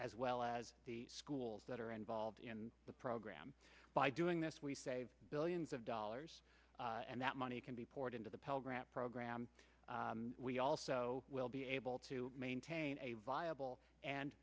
as well as the schools that are involved in the program by doing this we save billions of dollars and that money can be poured into the pell grant program we also will be able to maintain a viable and